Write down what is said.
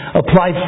apply